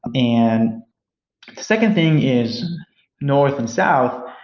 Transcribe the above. and second thing is north and south,